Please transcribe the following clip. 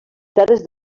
terres